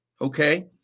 okay